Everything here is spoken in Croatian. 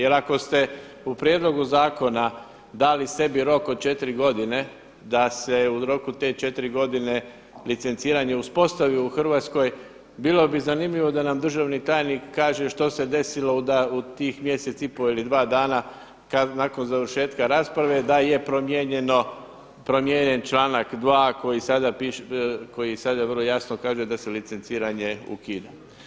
Jer ako ste u prijedlogu zakona dali sebi rok od četiri godine da se u roku te četiri godine licenciranje uspostavi u Hrvatskoj bilo bi zanimljivo da nam državni tajnik kaže što se desilo da u tih mjesec i pol ili dva dana nakon završetka rasprave da je promijenjen članak 2. koji sada vrlo jasno kaže da se licenciranje ukida.